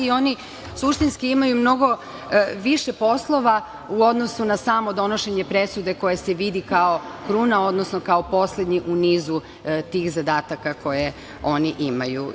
Oni suštinski imaju mnogo više poslova u odnosu na samo donošenje presude koja se vidi kao kruna, odnosno kao poslednji u nizu tih zadataka koje oni imaju.